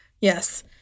Yes